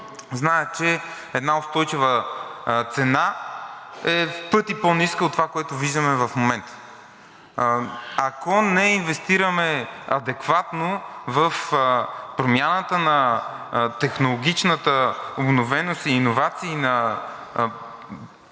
знаят, че една устойчива цена е в пъти по-ниска от това, което виждаме в момента. Ако не инвестираме адекватно в промяната на технологичната обновеност и иновации на инсталациите